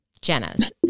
Jenna's